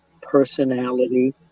personality